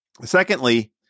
Secondly